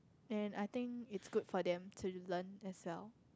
and I think it's good for them to learn as well